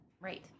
Right